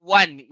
one